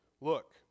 look